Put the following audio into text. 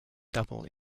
double